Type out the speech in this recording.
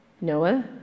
Noah